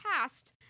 past